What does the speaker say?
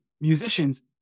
musicians